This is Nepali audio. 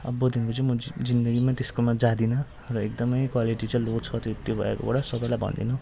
अबदेखि चाहिँ म जिन्दगीमा त्यसकोमा जाँदिनँ र एकदमै क्वालिटी चाहिँ लो छ त्यो भैयाकोबाट सबैलाई भनिदिनु